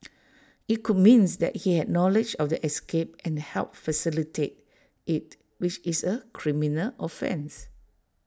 IT could means that he had knowledge of the escape and helped facilitate IT which is A criminal offence